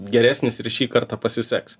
geresnis ir šį kartą pasiseks